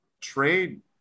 trade